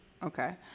Okay